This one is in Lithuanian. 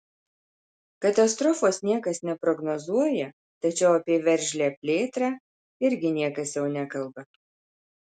katastrofos niekas neprognozuoja tačiau apie veržlią plėtrą irgi niekas jau nekalba